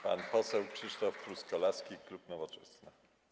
Pan poseł Krzysztof Truskolaski, klub Nowoczesna.